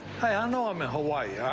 i ah know i'm in hawaii, yeah